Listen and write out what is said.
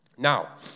Now